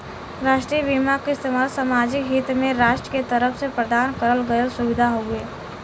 राष्ट्रीय बीमा क इस्तेमाल सामाजिक हित में राष्ट्र के तरफ से प्रदान करल गयल सुविधा हउवे